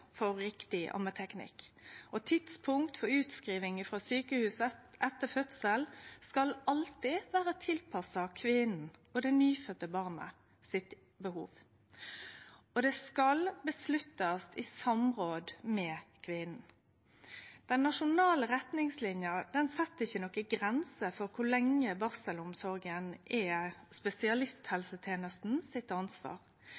for riktig ammeteknikk. Tidspunkt for utskriving frå sjukehuset etter fødsel skal alltid vere tilpassa behovet til kvinna og det nyfødde barnet, og det skal takast avgjerd om dette i samråd med kvinna. Den nasjonale retningslinja set ikkje noka grense for kor lenge barselomsorga er